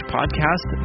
Podcast